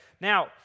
Now